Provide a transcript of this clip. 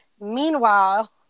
Meanwhile